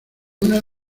una